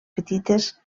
petites